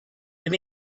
had